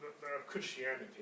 Christianity